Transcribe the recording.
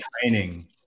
training